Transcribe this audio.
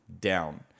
down